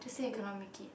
say you cannot make it